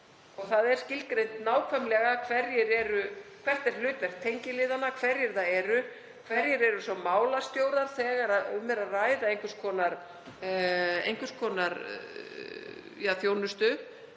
Það er skilgreint nákvæmlega hvert hlutverk tengiliðanna er, hverjir þeir eru, hverjir eru svo málstjórar þegar um er að ræða einhvers konar þjónustu